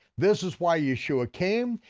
this is why yeshua came,